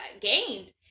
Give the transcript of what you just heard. gained